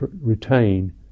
retain